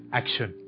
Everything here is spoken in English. action